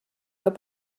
pas